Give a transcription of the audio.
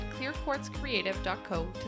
clearquartzcreative.co